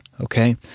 Okay